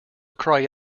cry